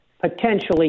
Potentially